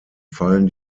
fallen